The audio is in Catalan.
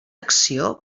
acció